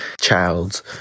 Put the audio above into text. Childs